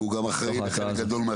והוא גם אחראי לחלק גדול.